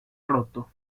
roto